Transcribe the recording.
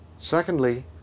Secondly